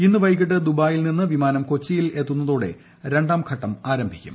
ഇന്ന് റ്റ്പ്പെട്ട് ദുബായിൽ നിന്ന് വിമാനം കൊച്ചിയിൽ എത്തുണ്ടിത്തോടെ രണ്ടാം ഘട്ടം ആരംഭിക്കും